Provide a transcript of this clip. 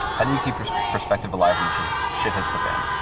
how do you keep perspective alive when the shit hits shit hits the fan?